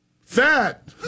Fat